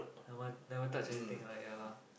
I never never touch anything right ya lah